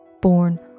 born